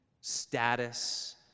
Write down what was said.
status